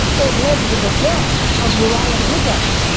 it led to the death of uriah the hittite.